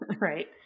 Right